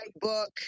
book